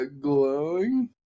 glowing